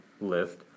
list